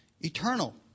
eternal